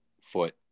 foot